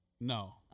No